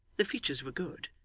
the features were good,